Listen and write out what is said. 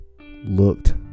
looked